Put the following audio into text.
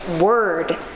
Word